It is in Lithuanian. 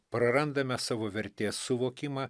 prarandame savo vertės suvokimą